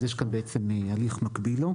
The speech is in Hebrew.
אז יש כאן הליך מקביל לו,